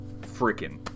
Freaking